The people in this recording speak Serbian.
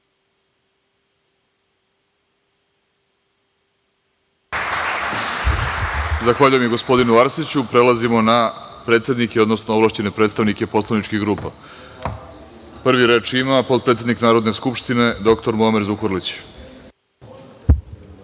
Zahvaljujem i gospodinu Arsiću. Prelazimo na predsednike, odnosno ovlašćene predstavnike poslaničkih grupa. Prvi reč ima potpredsednik Narodne skupštine, dr Muamer